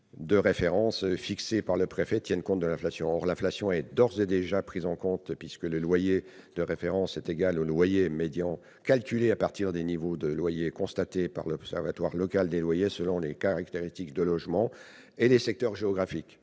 de référence fixé par le préfet tienne compte de l'inflation. Or l'inflation est d'ores et déjà prise en compte, puisque le loyer de référence est égal au loyer médian, lui-même calculé à partir des constats de l'observatoire local des loyers, selon les catégories de logement et les secteurs géographiques.